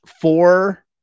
four